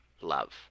love